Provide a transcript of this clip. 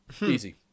Easy